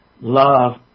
Love